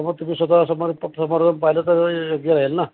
तर मग तुम्ही स्वतः समोर समोरच पाहिलं तरं योग्य होईल ना